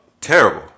Terrible